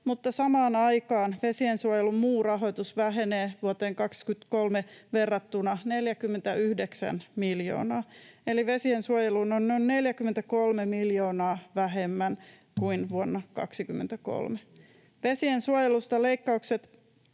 samaan aikaan vesiensuojelun muu rahoitus vähenee vuoteen 23 verrattuna 49 miljoonaa, eli vesiensuojeluun on noin 43 miljoonaa vähemmän kuin vuonna 23.